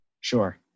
Sure